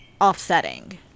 offsetting